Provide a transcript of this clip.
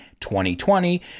2020